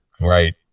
Right